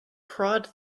prod